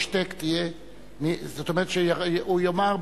זאת אומרת שהוא יאמר,